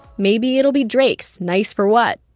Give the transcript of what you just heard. maybe it'll be drake's nice for what.